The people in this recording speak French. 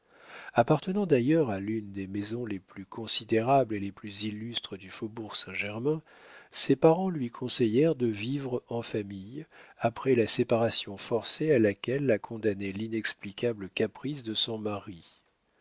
appartenant d'ailleurs à l'une des maisons les plus considérables et les plus illustres du faubourg saint-germain ses parents lui conseillèrent de vivre en famille après la séparation forcée à laquelle la condamnait l'inexplicable caprice de son mari